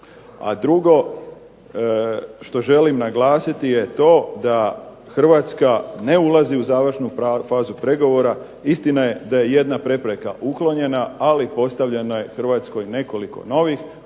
A drugo što želim naglasiti je to da Hrvatska ne ulazi u završnu fazu pregovora. Istina je da je jedna prepreka uklonjena, ali postavljeno je Hrvatskoj nekoliko novih.